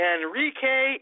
Enrique